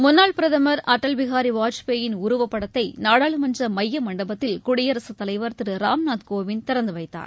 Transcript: முன்னாள் பிரதமர் அடல்பிகாரி வாஜ்பாயின் உருவப்படத்தை நாடாளுமன்ற மைய மண்டபத்தில் குடியரசுத் தலைவர் திரு ராம்நாத் கோவிந்த் திறந்துவைத்தார்